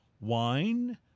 Wine